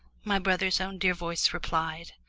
my brother's own dear voice replied.